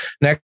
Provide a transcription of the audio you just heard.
next